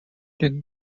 jin